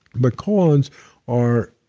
but koans are,